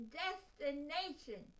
destination